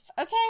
Okay